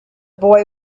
boy